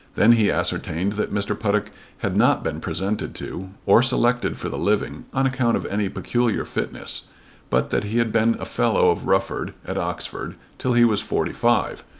then he ascertained that mr. puttock had not been presented to, or selected for the living on account of any peculiar fitness but that he had been a fellow of rufford at oxford till he was forty-five,